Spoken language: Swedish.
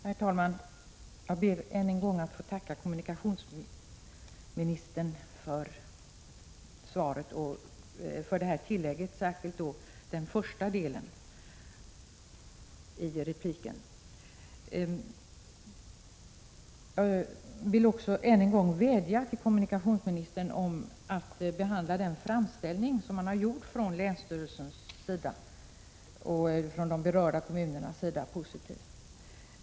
Herr talman! Jag ber att än en gång få tacka kommunikationsministern för svaret och för tillägget, särskilt den första delen av repliken. Jag vill ännu en gång vädja till kommunikationsministern om att behandla den framställning som länsstyrelsen och de berörda kommunerna har gjort positivt.